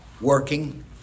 working